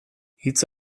hitz